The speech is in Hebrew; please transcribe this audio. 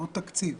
אין תקציב.